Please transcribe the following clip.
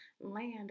land